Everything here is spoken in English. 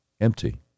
empty